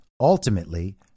ultimately